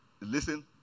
listen